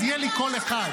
אז יהיה לי קול אחד.